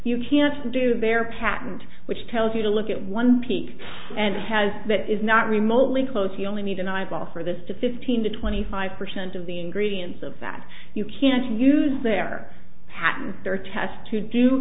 you can't do their patent which tells you to look at one peak and has that is not remotely close you only need an eyeball for this to fifteen to twenty five percent of the ingredients of that you can't use their pat